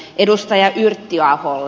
edustaja yrttiaholle